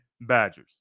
Badgers